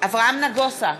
אברהם נגוסה,